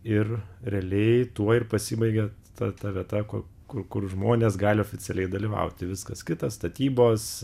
ir realiai tuo ir pasibaigia ta ta vieta kur kur kur žmonės gali oficialiai dalyvauti viskas kitas statybos